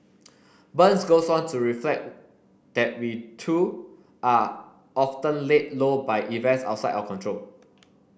burns goes on to reflect that we too are often laid low by events outside our control